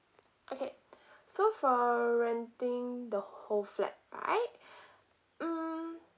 okay so for renting the whole flat right mm